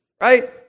right